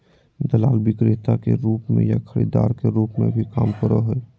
दलाल विक्रेता के रूप में या खरीदार के रूप में भी काम करो हइ